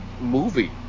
movie